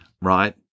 Right